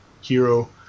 hero